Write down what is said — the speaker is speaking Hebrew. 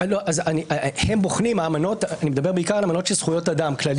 אני מדבר בעיקר על אמנות כלליות של זכויות אדם.